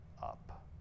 up